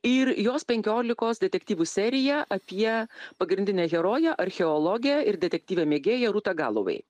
ir jos penkiolikos detektyvų serija apie pagrindinę heroję archeologę ir detektyvę mėgėją rūtą galovei